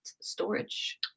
storage